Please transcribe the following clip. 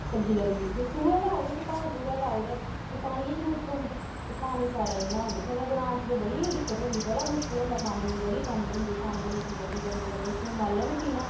सब्ज़ी लग्गी जंदी सोहै लाओ तुस भर सोहै लाओ ते पानियै ई जरूरत पौंदी ते पानी साढ़े इ'न्ना होई निं सकदा ग्रांऽ च ते बड़ी गै दिक्कत होंदी बड़ा मुश्कल होंदा पानियै बड़ी कमी होंदी पानी निं होई सकदा भी डंगरें बचछुऐं मालें बी पीना